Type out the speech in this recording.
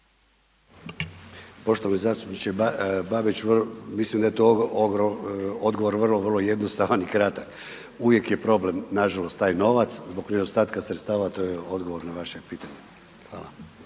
Poštovani zastupniče Babić, mislim da je tu odgovor vrlo jednostavan i kratak. Uvijek je problem nažalost taj novac zbog nedostatka sredstava, to je odgovor na vaše pitanje, hvala.